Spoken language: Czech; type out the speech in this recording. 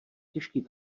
těžký